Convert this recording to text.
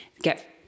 get